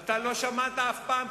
אתה לא שמעת אף פעם,